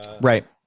Right